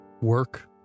work